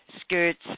skirts